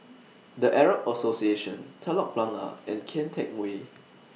The Arab Association Telok Blangah and Kian Teck Way